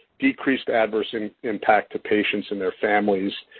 decreased adverse and impact to patients and their families,